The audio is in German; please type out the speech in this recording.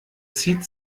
zieht